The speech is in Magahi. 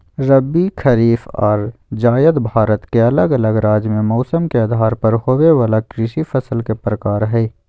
रबी, खरीफ आर जायद भारत के अलग अलग राज्य मे मौसम के आधार पर होवे वला कृषि फसल के प्रकार हय